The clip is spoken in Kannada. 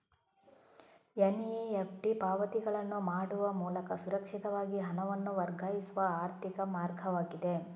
ಎನ್.ಇ.ಎಫ್.ಟಿ ಪಾವತಿಗಳನ್ನು ಮಾಡುವ ಮೂಲಕ ಸುರಕ್ಷಿತವಾಗಿ ಹಣವನ್ನು ವರ್ಗಾಯಿಸುವ ಆರ್ಥಿಕ ಮಾರ್ಗವಾಗಿದೆ